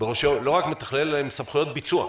לא רק מתכלל אלא גם עם סמכויות ביצוע,